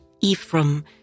Ephraim